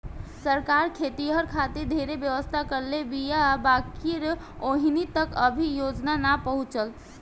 सरकार खेतिहर खातिर ढेरे व्यवस्था करले बीया बाकिर ओहनि तक अभी योजना ना पहुचल